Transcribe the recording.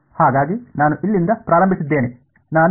ಹಾಗಾಗಿ ನಾನು ಇಲ್ಲಿಂದ ಪ್ರಾರಂಭಿಸಿದ್ದೇನೆ